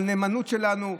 על הנאמנות שלנו,